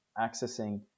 accessing